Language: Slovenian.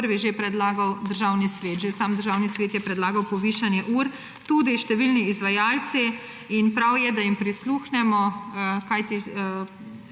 predlagal Državni svet. Že sam Državni svet je predlagal povišanje ur, tudi številni izvajalci; in prav je, da jim prisluhnemo, kajti